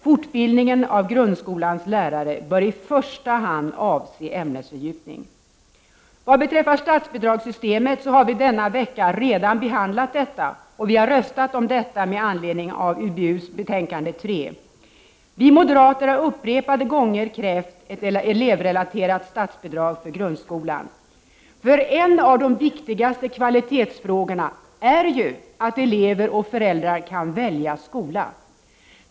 Fortbildning av grundskolans lärare bör i första hand avse ämnesfördjupning. Vad beträffar statsbidragssystemet har vi denna vecka redan behandlat detta och röstat om det med anledning av UbU3. Vi moderater har upprepade gånger krävt ett elevrelaterat statsbidrag för grundskolan. En av de viktigaste kvalitetsfrågorna är att elever och föräldrar kan välja skola.